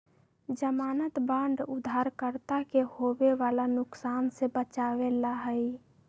ज़मानत बांड उधारकर्ता के होवे वाला नुकसान से बचावे ला हई